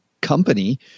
company